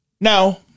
Now